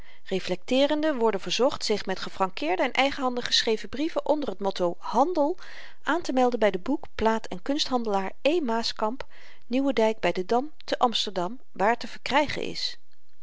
reflecteerenden worden verzocht zich met gefrankeerde en eigenhandig geschreven brieven onder t motto handel aantemelden by den boekplaat en kunsthandelaar e maaskamp nieuwendyk by den dam te amsterdam waar te verkrygen is